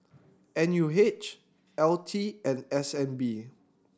N U H L T and S N B